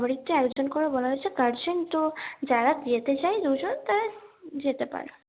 সবারই তো একজন করে বলা হয়েছে গার্জেন তো যারা যেতে চায় দুজন তারা যেতে পারে